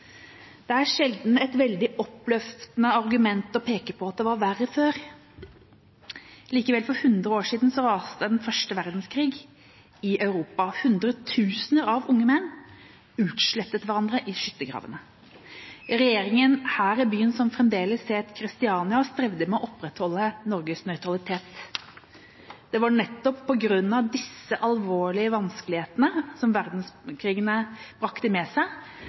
Det er sjelden et veldig oppløftende argument å peke på at det var verre før, men likevel: For 100 år siden raste første verdenskrig i Europa. Hundretusener av unge menn utslettet hverandre i skyttergravene. Regjeringa her i byen, som den gang fremdeles het Kristiania, strevde med å opprettholde Norges nøytralitet. Det var nettopp på grunn av de alvorlige vanskelighetene som verdenskrigene brakte med seg,